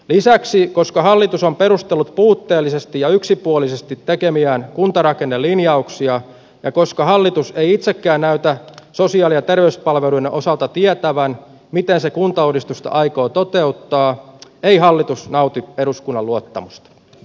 lisäksi koska hallitus on perustellut puutteellisesti ja yksipuolisesti tekemiään kuntarakennelinjauksia ja koska hallitus ei itsekään näytä sosiaali ja terveyspalveluiden osalta tietävän miten se kuntauudistusta aikoo toteuttaa ei hallitus nauti eduskunnan luottamusta